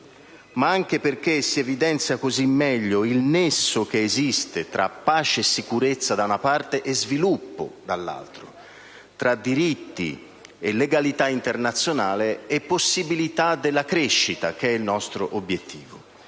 ma anche perché così si evidenzia meglio il nesso che esiste tra pace e sicurezza, da una parte, e sviluppo, dall'altra, tra diritti e legalità internazionale e possibilità della crescita, che è il nostro obiettivo.